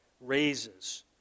raises